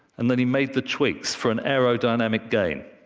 and then he made the tweaks for an aerodynamic game.